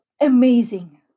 amazing